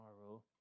tomorrow